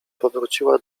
powróciła